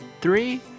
three